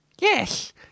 Yes